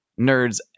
nerds